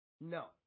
No